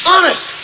Honest